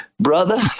brother